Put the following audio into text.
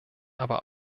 aber